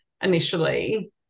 initially